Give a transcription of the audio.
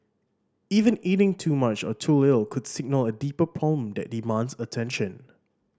even eating too much or too little could signal a deeper problem that demands attention